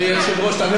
להמשיך ואני אמתין.